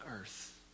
earth